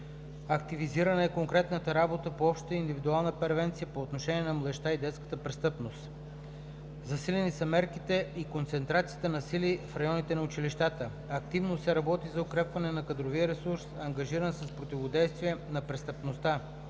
Активизирана е конкретната работа по общата и индивидуална превенция по отношение на младежката и детската престъпност. Засилени са мерките и концентрацията на сили в районите на училищата. Активно се работи за укрепване на кадровия ресурс, ангажиран с противодействие на престъпността.